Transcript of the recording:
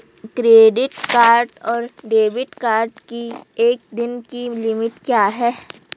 Credit card और debit card की एक दिन की लिमिट क्या है?